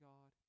God